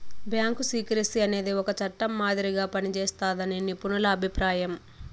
bank secrecy అనేది ఒక చట్టం మాదిరిగా పనిజేస్తాదని నిపుణుల అభిప్రాయం